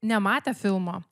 nematę filmo